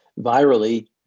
virally